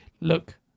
look